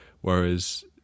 Whereas